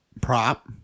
Prop